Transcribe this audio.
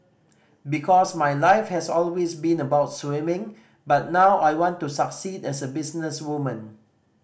because my life has always been about swimming but now I want to succeed as a businesswoman